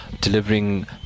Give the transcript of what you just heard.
delivering